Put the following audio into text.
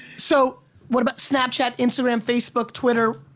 so what about snapchat, instagram, facebook, twitter.